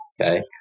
Okay